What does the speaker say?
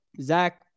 Zach